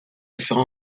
préférant